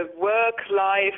work-life